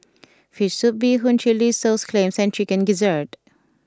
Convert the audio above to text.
Fish Soup Bee Hoon Chilli Sauce Clams and Chicken Gizzard